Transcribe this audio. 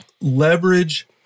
leverage